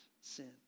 sin